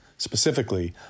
Specifically